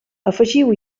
afegiu